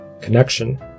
connection